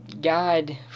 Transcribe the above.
God